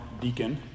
deacon